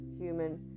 human